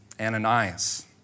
Ananias